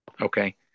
Okay